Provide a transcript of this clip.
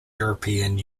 european